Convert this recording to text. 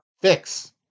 fix